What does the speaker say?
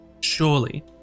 surely